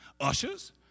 ushers